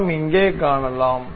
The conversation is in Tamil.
நாம் இங்கே காணலாம்